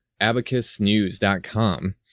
abacusnews.com